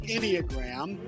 Enneagram